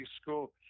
school